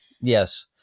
Yes